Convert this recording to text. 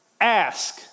Ask